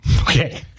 Okay